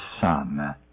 Son